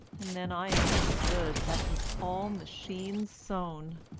and then i understood that it was all machine-sewn.